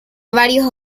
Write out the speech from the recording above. varios